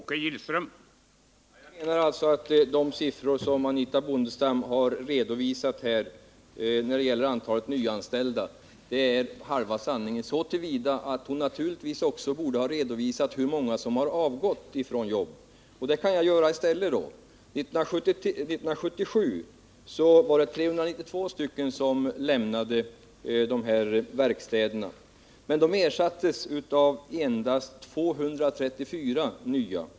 Herr talman! De siffror Anitha Bondestam redovisade när det gäller antalet nyanställda ger bara halva sanningen så till vida att hon naturligtvis också borde ha redovisat hur många som avgått från sina jobb. Men jag kan göra detta i stället. År 1977 lämnade 392 verkstäderna, men de ersattes av endast 234 nya.